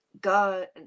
god